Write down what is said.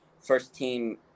first-team